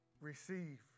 receive